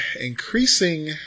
increasing